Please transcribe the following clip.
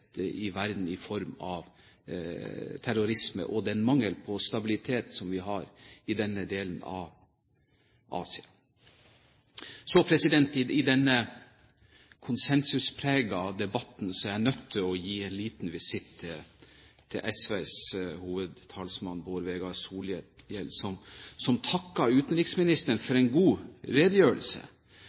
i verden i form av terrorisme og mangel på stabilitet som vi har i denne delen av Asia. Så i denne konsensuspregede debatten er jeg nødt til å gi en liten visitt til SVs hovedtalsmann, Bård Vegar Solhjell, som takket utenriksministeren for en god redegjørelse,